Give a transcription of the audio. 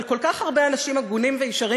אבל כל כך הרבה אנשים הגונים וישרים